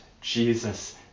Jesus